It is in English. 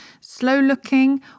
slow-looking